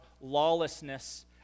lawlessness